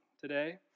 today